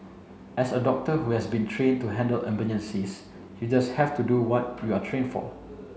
as a doctor who has been trained to handle emergencies you just have to do what you are trained for